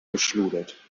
geschludert